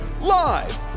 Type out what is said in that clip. live